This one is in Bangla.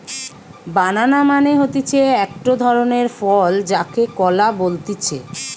বানানা মানে হতিছে একটো ধরণের ফল যাকে কলা বলতিছে